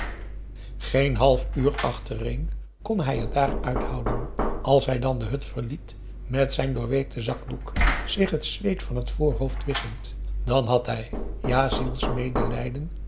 geen half uur achtereen kon hij het daar uithouden als hij dan de hut verliet met zijn doorweekten zakdoek zich het zweet van het voorhoofd wisschend dan had hij ja